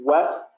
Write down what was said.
West